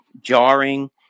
jarring